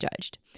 judged